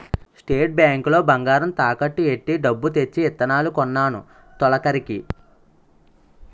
state Bank లో బంగారం తాకట్టు ఎట్టి డబ్బు తెచ్చి ఇత్తనాలు కొన్నాను తొలకరికి